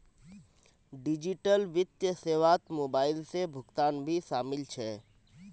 digital वित्तीय सेवात mobile से भुगतान भी शामिल छे